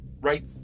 right